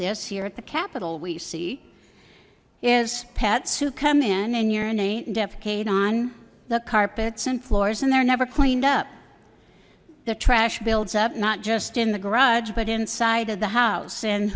this here at the capital we see is pets who come in and urinate and defecate on the carpets and floors and they're never cleaned up the trash builds up not just in the garage but inside of the house and